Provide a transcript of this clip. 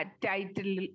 title